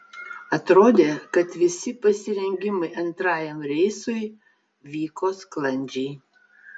atrodė kad visi pasirengimai antrajam reisui vyko sklandžiai